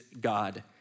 God